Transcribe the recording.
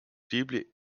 deeply